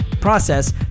process